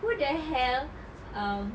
who the hell um